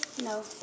No